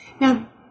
Now